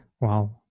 Wow